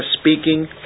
speaking